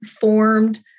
formed